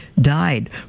died